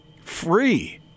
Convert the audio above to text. free